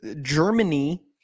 Germany